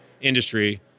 industry